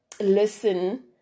listen